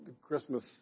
Christmas